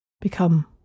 become